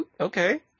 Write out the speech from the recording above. okay